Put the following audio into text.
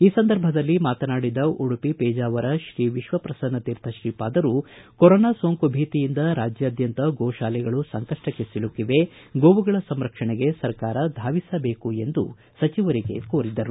ಈ ಸಂದರ್ಭದಲ್ಲಿ ಮಾತನಾಡಿದ ಉಡುಪಿ ಪೇಜಾವರತ್ರೀ ವಿಶ್ವಪ್ರಸನ್ನ ತೀರ್ಥ ತ್ರೀಪಾದರು ಕೊರೊನಾ ಸೋಂಕು ಭೀತಿಯಿಂದ ರಾಜ್ಯಾದ್ಯಂತ ಗೋಶಾಲೆಗಳು ಸಂಕಷ್ಸಕ್ಕೆ ಸಿಲುಕಿವೆ ಗೋವುಗಳ ಸಂರಕ್ಷಣೆಗೆ ಸರ್ಕಾರ ಧಾವಿಸಬೇಕು ಎಂದು ಸಚಿವರಿಗೆ ಸೂಚಿಸಿದರು